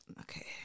okay